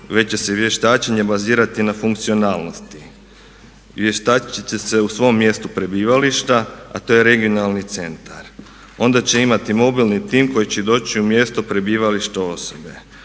već će se vještačenje bazirati na funkcionalnosti. Vještačit će se u svom mjestu prebivališta, a to je regionalni centar. Onda će imati mobilni tim koji će doći u mjesto prebivališta osobe.